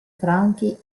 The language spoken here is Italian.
franchi